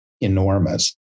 enormous